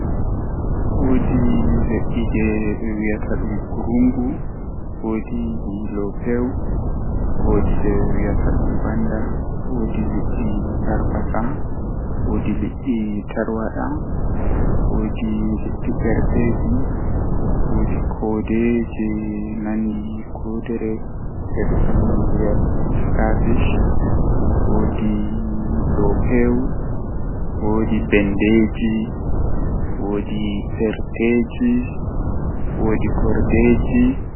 Taalel taalel jannata booyel, Woodi faaturu feere don dilla sei o hefti gel dande irin hundeeji be fawnata be mai be watta haa dande do sei o yaarani baba ladde ovi laaru komi hefti baba ladde man bo sei yahi sori haa lumo o waddini be seede man be sendi kal be mal.